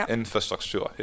infrastruktur